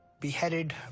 Beheaded